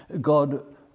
God